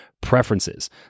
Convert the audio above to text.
preferences